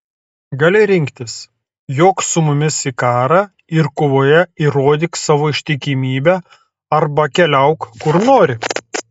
gali rinktis jok su mumis į karą ir kovoje įrodyk savo ištikimybę arba keliauk kur nori